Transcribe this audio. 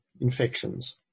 Infections